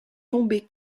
tombé